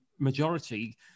majority